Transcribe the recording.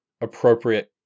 appropriate